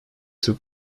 took